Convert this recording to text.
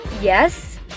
Yes